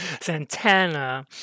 Santana